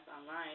online